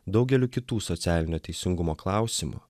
daugeliu kitų socialinio teisingumo klausimų